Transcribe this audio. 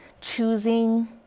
choosing